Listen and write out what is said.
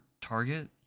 Target